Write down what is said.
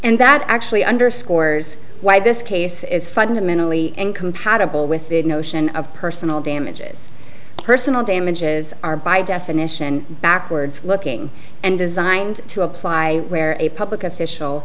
and that actually underscores why this case is fundamentally incompatible with the notion of personal damages personal damages are by definition backwards looking and designed to apply where a public official